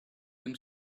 them